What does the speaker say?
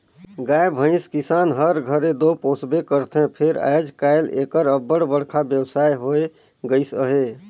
गाय भंइस किसान हर घरे दो पोसबे करथे फेर आएज काएल एकर अब्बड़ बड़खा बेवसाय होए गइस अहे